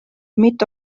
mitu